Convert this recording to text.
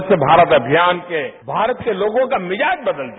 स्वच्छ भारत अभियान के भारत के लोगों का मिजाज बदल दिया